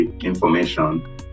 information